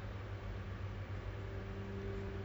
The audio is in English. ah online dating